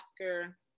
Oscar